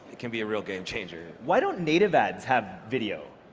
it can be a real game-changer. why don't native ads have video?